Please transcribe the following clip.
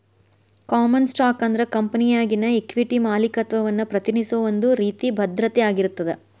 common stock ಅಂದ್ರ ಕಂಪೆನಿಯಾಗಿನ equity ಮಾಲೇಕತ್ವವನ್ನ ಪ್ರತಿನಿಧಿಸೋ ಒಂದ್ ರೇತಿ ಭದ್ರತೆ ಆಗಿರ್ತದ